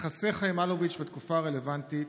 "יחסיך עם אלוביץ' בתקופה הרלוונטית,